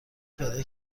پیدا